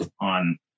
on